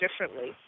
differently